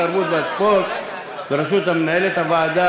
התרבות והספורט בראשות מנהלת הוועדה